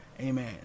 Amen